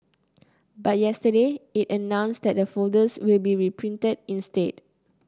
but yesterday it announced that the folders will be reprinted instead